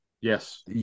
Yes